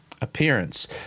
appearance